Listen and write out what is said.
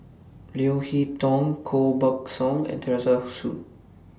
Leo Hee Tong Koh Buck Song and Teresa Hsu